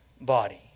body